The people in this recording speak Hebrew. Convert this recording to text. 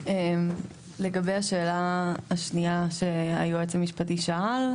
לגבי השאלה השנייה שהיועץ המשפטי שאל.